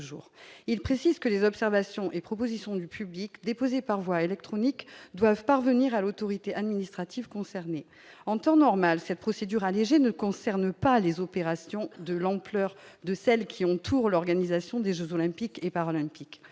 il précise que les observations et propositions du public déposée par voie électronique doivent parvenir à l'autorité administrative concernés en temps normal, cette procédure allégée ne concerne pas les opérations de l'ampleur de celles qui ont, pour l'organisation des Jeux olympiques et paralympiques,